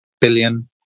billion